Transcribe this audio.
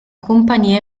compagnia